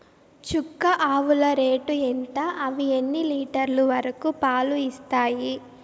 చుక్క ఆవుల రేటు ఎంత? అవి ఎన్ని లీటర్లు వరకు పాలు ఇస్తాయి?